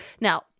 Now